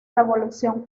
revolución